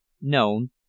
known